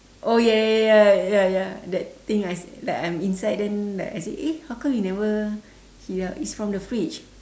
oh ya ya ya ya ya that thing I s~ like I'm inside then like I say eh how come you never heat it up it's from the fridge